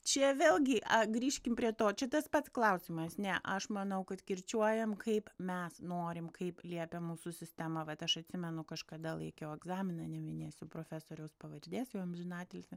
čia vėlgi grįžkim prie to čia tas pats klausimas ne aš manau kad kirčiuojam kaip mes norim kaip liepia mūsų sistema vat aš atsimenu kažkada laikiau egzaminą neminėsiu profesoriaus pavardės jau amžinatilsį